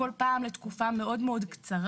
כל פעם לתקופה מאוד קצרה,